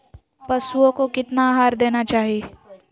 पशुओं को कितना आहार देना चाहि?